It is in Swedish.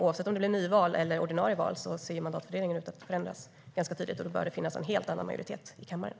Oavsett om det blir nyval eller ordinarie val ser mandatfördelningen ut att förändras ganska tydligt, och då bör det bli en helt annan majoritet i kammaren.